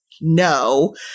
no